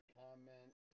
comment